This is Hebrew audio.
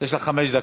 יש לך חמש דקות.